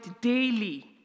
daily